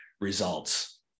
results